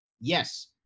Yes